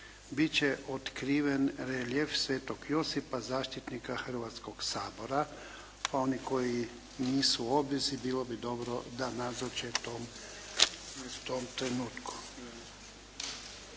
će otkriven reljef sv. Josipa, zaštitnika Hrvatskoga sabora, pa oni koji nisu u obvezi, bilo bi dobro da nazoče tom trenutku.